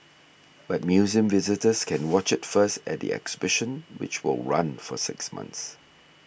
but museum visitors can watch it first at the exhibition which will run for six months